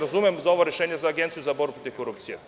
Razumem za ovo rešenje za Agenciju za borbu protiv korupcije.